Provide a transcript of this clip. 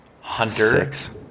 hunter